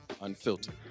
unfiltered